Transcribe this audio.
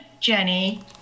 Jenny